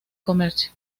comercio